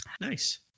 nice